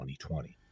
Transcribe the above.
2020